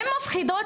הן מפחדות.